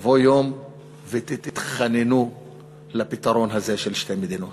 יבוא יום ותתחננו לפתרון הזה של שתי מדינות.